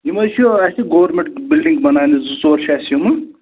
یِم حظ چھِ اَسہِ گورمٮ۪نٛٹ بِلڈِنٛگ بناونہِ زٕ ژور چھِ اَسہِ یِمہٕ